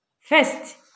First